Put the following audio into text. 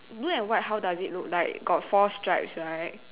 blue and white how does it look like got four stripes right